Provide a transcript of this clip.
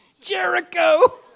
Jericho